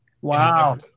Wow